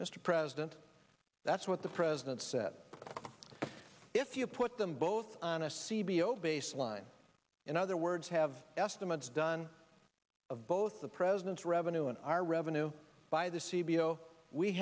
mr president that's what the president said if you put them both on a c b o baseline in other words have estimates done of both the president's revenue and our revenue by the